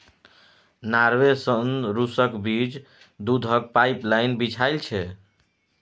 Norway सँ रुसक बीच दुधक पाइपलाइन बिछाएल छै